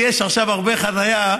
כי יש עכשיו הרבה חניה.